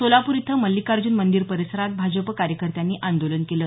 सोलापूर इथं मल्लिकार्जुन मंदिर परिसरात भाजप कार्यकर्त्यांनी आंदोलन केलं